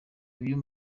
uyu